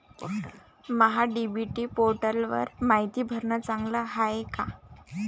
महा DBT पोर्टलवर मायती भरनं चांगलं हाये का?